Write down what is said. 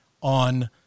on